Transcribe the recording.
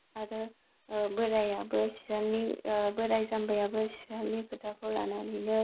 आरो बोरायाबो सियालनि बोराय जाम्बायाबो सियालनि खोथाखौ लानानैनो